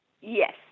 Yes